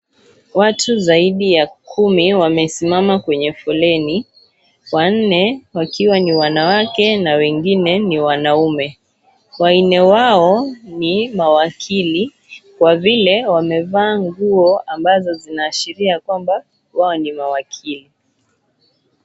Watu saidi ya kumi wamesimama kwenye foleni wanne wakiwa ni wanawake na wengine ni wanaume, wanne wao ni mawakili kwa vile wamevaa nguo ambazo zinaashiria kwamba wao ni mawakili .